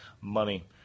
Money